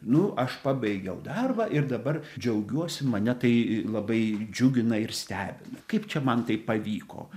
nu aš pabaigiau darbą ir dabar džiaugiuosi mane tai labai džiugina ir stebina kaip čia man tai pavyko